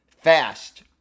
Fast